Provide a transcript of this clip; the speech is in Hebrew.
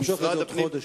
למשוך את זה עוד חודש.